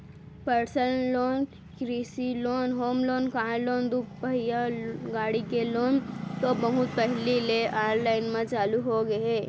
personal loan, कृषि loan, home loan, car loan, दुपहिया गाड़ी के लोन तो बहुत पहिली ले आनलाइन म चालू होगे हे